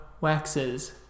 waxes